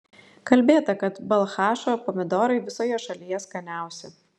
kalbėta kad balchašo pomidorai visoje šalyje skaniausi